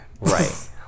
right